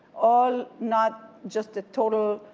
all not just a total